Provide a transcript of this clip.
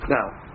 Now